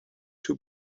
two